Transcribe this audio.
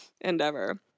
endeavor